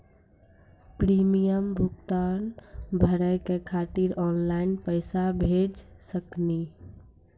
Premium भुगतान भरे के खातिर ऑनलाइन पैसा भेज सकनी?